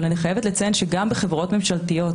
אבל אני חייבת לציין שגם בחברות ממשלתיות